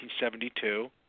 1972